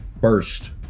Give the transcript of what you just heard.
burst